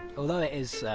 although, it is,